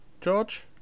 George